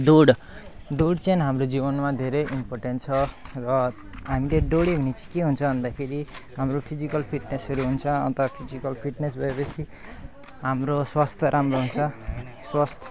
दौड दौड चाहिँ हाम्रो जीवनमा धेरै इम्पोर्टेन्ट छ र हामीले दौड्यो भने चाहिँ के हुन्छ भन्दाखेरि हाम्रो फिजिकल फिटनेसहरू हुन्छ अन्त फिजिकल फिटनेस भए पछि हाम्रो स्वास्थ्य राम्रो हुन्छ स्वस्थ